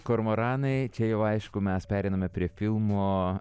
kormoranai čia jau aišku mes pereiname prie filmo